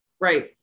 Right